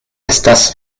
estas